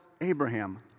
Abraham